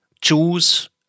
choose